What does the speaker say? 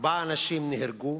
ארבעה אנשים נהרגו.